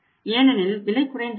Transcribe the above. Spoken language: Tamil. ஏனெனில் விலை குறைந்துள்ளது